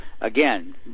again